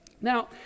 Now